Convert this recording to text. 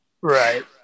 right